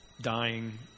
dying